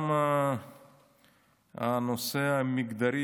גם בנושא המגדרי,